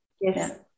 Yes